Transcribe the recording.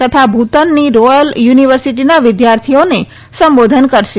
તથા ભૂતાનની રોયલ યુનિવર્સિટીના વિદ્યાર્થીઓને સંબોદન કરશે